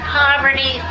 poverty